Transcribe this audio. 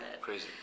Crazy